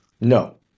No